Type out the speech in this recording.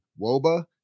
Woba